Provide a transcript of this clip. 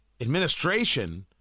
administration